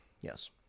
yes